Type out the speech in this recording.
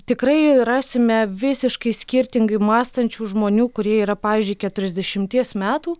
tikrai rasime visiškai skirtingai mąstančių žmonių kurie yra pavyzdžiui keturiasdešimties metų